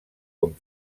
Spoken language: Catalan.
com